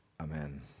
Amen